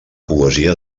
poesia